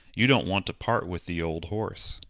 you don't want to part with the old horse.